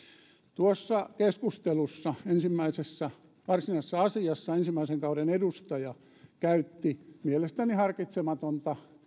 tuossa keskustelussa ensimmäisessä varsinaisessa asiassa ensimmäisen kauden edustaja käytti mielestäni harkitsematonta